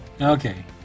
Okay